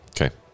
Okay